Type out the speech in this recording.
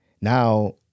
Now